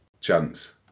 chance